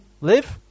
Live